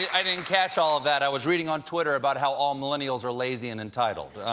yeah i didn't catch all of that. i was reading on twitter about how all millennials are lazy and entitled.